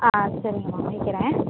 ஆ சரிங்கம்மா வைக்கிறேன்